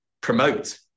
promote